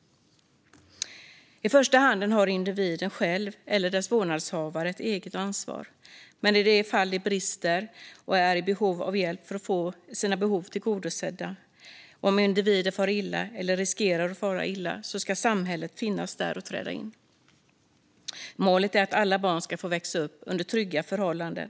I första hand har individen själv eller hans eller hennes vårdnadshavare ett eget ansvar. Men i de fall detta brister och individen är i behov av hjälp för att få sina behov tillgodosedda eller om individen far illa eller riskerar att fara illa ska samhället finnas där och träda in. Målet är att alla barn ska få växa upp under trygga förhållanden.